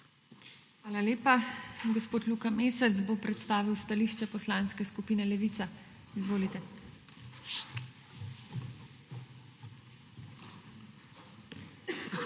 Hvala lepa. Gospod Luka Mesec bo predstavil stališče Poslanske skupine Levica. Izvolite.